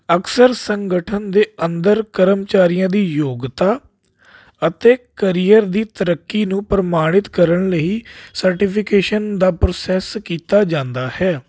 ਅਕਸਰ ਸੰਗਠਨ ਦੇ ਅੰਦਰ ਕਰਮਚਾਰੀਆਂ ਦੀ ਯੋਗਤਾ ਅਤੇ ਕਰੀਅਰ ਦੀ ਤਰੱਕੀ ਨੂੰ ਪ੍ਰਮਾਣਿਤ ਕਰਨ ਲਈ ਸਰਟੀਫਿਕੇਸ਼ਨ ਦਾ ਪ੍ਰੋਸੈਸ ਕੀਤਾ ਜਾਂਦਾ ਹੈ